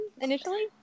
initially